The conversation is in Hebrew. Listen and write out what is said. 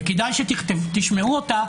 וכדאי שתשמעו אותה,